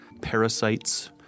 parasites